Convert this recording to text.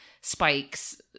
spikes